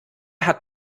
hat